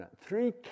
three